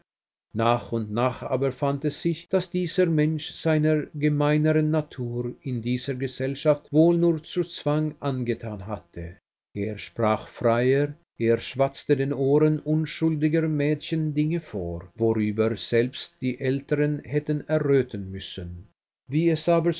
nach und nach aber fand es sich daß dieser mensch seiner gemeineren natur in dieser gesellschaft wohl nur zwang angetan hatte er sprach freier er schwatzte den ohren unschuldiger mädchen dinge vor worüber selbst die älteren hätten erröten müssen wie es